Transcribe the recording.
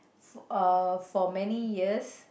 f~ uh for many years